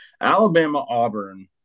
Alabama-Auburn